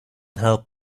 help